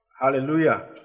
hallelujah